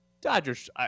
Dodgers